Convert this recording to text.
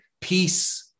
peace